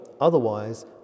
otherwise